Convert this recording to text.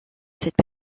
cette